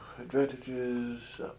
advantages